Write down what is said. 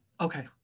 Okay